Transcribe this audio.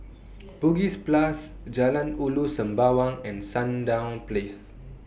Bugis Plus Jalan Ulu Sembawang and Sandown Place